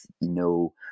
no